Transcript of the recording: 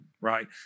right